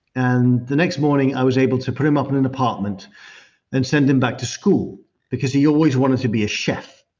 and the next morning, i was able to put him up in an apartment and send him back to school because he always wanted to be a chef.